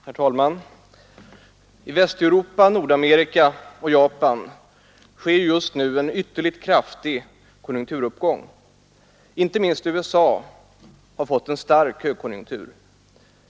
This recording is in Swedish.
Herr talman! I Västeuropa, Nordamerika och Japan sker just nu en ytterligt kraftig konjunkturuppgång. Inte minst USA har fått en stark högkonjunktur.